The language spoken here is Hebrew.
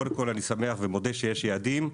קודם כל אני שמח ומודה שיש יעדים,